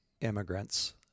Immigrants